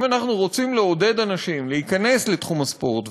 אם אנחנו רוצים לעודד אנשים להיכנס לתחום הספורט,